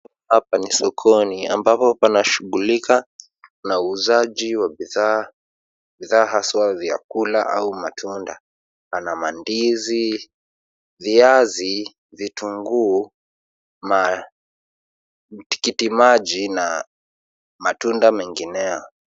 Hapa ni sokoni ambapo panashughulika uuzaji wa bidhaa, bidhaa haswa vyakula au matunda. Pana mandizi , viazi, vitunguu, matikiti maji na matunda mengineyo.